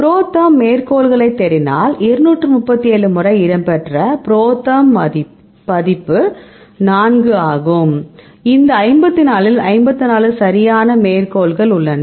ProTherm மேற்கோள்களைத் தேடினால் 237 முறை இடம்பெற்ற ProTherm பதிப்பு 4 ஆகும் இந்த 54 இல் 54 சரியான மேற்கோள்கள் உள்ளன